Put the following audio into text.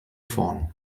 vorn